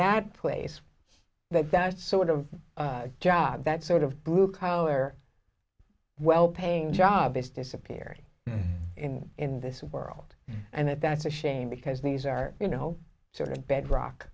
that place that that sort of job that sort of blue collar well paying job is disappearing in this world and that's a shame because these are you know sort of bedrock